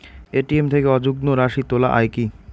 ATM থেকে অযুগ্ম রাশি তোলা য়ায় কি?